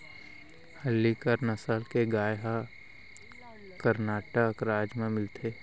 हल्लीकर नसल के गाय ह करनाटक राज म मिलथे